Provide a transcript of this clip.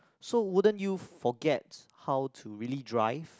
so wouldn't you forget how to really drive